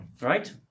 Right